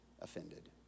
offended